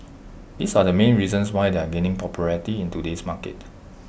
these are the main reasons why they are gaining popularity in today's market